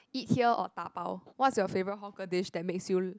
eat here or dabao what's your favourite hawker dish that makes you